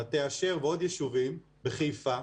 מטה אשר ועוד יישובים בחיפה,